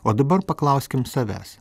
o dabar paklauskim savęs